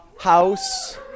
house